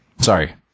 Sorry